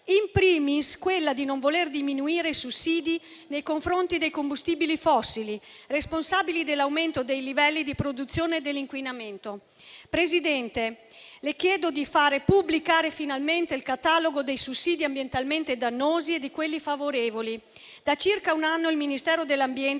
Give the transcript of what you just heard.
*in primis* quella di non voler diminuire i sussidi nei confronti dei combustibili fossili, responsabili dell'aumento dei livelli di produzione dell'inquinamento. Signora Presidente del Consiglio, le chiedo di far pubblicare finalmente il catalogo dei sussidi ambientalmente dannosi e di quelli favorevoli; da circa un anno, infatti, il Ministero dell'ambiente